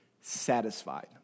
satisfied